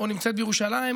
או נמצאת בירושלים,